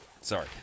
Sorry